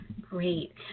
Great